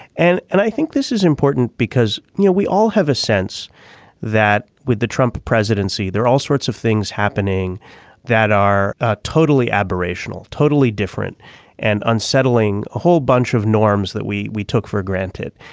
and and i think this is important because you know we all have a sense that with the trump presidency there are all sorts of things happening that are ah totally aberrational totally different different and unsettling a whole bunch of norms that we we took for granted.